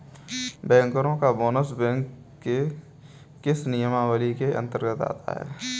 बैंकरों का bonus bank के किस नियमावली के अंतर्गत आता है?